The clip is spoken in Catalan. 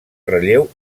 relleu